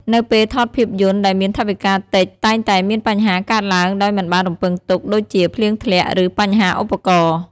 នៅពេលថតភាពយន្តដែលមានថវិកាតិចតែងតែមានបញ្ហាកើតឡើងដោយមិនបានរំពឹងទុកដូចជាភ្លៀងធ្លាក់ ឬបញ្ហាឧបករណ៍។